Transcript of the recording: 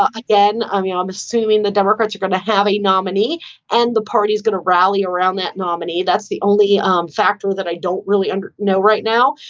ah again, um yeah i'm assuming the democrats are going to have a nominee and the party is going to rally around that nominee. that's the only um factor that i don't really and know right now.